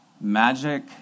magic